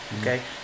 Okay